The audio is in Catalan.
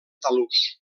talús